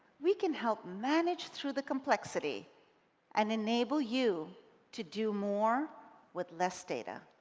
we can help manage through the complexity and enable you to do more with less data.